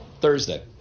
Thursday